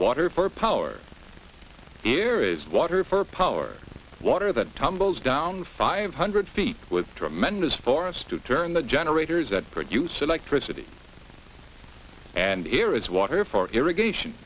water for power here is water for power water that tumbles down five hundred feet with tremendous for us to turn the generators that produce electricity and here is water for irrigation